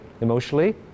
emotionally